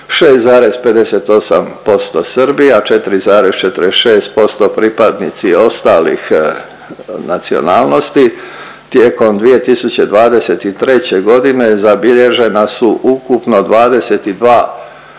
6,58% Srbi, a 4,46% pripadnici ostalih nacionalnosti. Tijekom 2023. g. zabilježena su ukupno 22